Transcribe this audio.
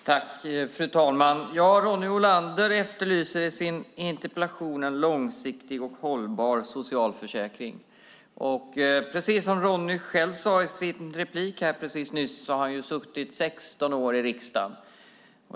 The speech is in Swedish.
Fru talman! Ronny Olander efterlyser i sin interpellation en långsiktig och hållbar socialförsäkring. Precis som Ronny själv sade i sitt inlägg här alldeles nyss har han suttit i riksdagen i 16 år.